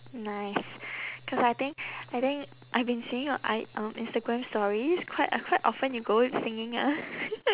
nice cause I think I think I've been seeing your i~ um instagram stories quite uh quite often you go singing ah